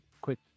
quick